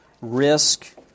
risk